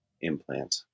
implant